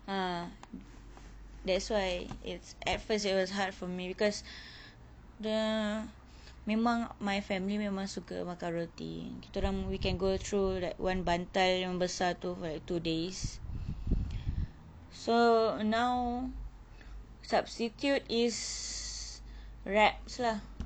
ah that's why it's at first it was hard for me because the memang my family memang suka makan roti kitaorang we can go through like one bantal yang besar tu like two days so now substitute is wraps lah